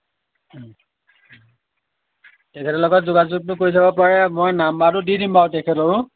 তেখেতৰ লগত যোগাযোগটো কৰি চাব পাৰে মই নাম্বাৰটো দি দিম বাৰু তেখেতৰ